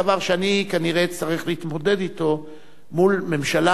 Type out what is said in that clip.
דבר שאני כנראה אצטרך להתמודד אתו מול ממשלה